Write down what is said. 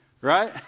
Right